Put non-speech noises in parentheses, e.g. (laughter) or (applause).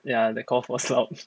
ya that cough was loud (laughs)